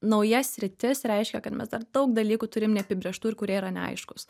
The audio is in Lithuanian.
nauja sritis reiškia kad mes dar daug dalykų turim neapibrėžtų ir kurie yra neaiškus